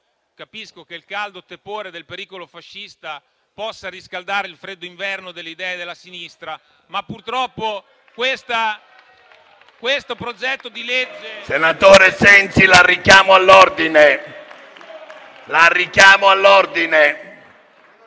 capisca che il caldo tepore del pericolo fascista possa riscaldare il freddo inverno delle idee della sinistra, ma purtroppo questo progetto di legge…*(Commenti).* PRESIDENTE. Senatore Sensi, la richiamo all'ordine.